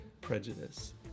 prejudice